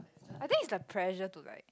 I think is the pressure to like